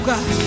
God